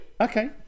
Okay